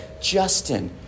Justin